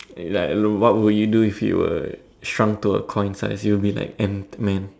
like what would you do if you were shrunk to a coin size you would be like Ant-Man